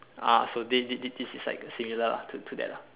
ah so this this this is like similar lah to to that lah